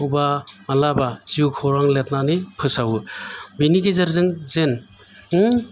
बबावबा मालाबा जिउ खौरां लिरनानै फोसावो बेनि गेजेरजों जेन